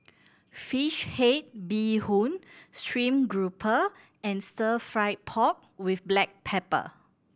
fish head bee hoon stream grouper and Stir Fried Pork With Black Pepper